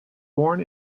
born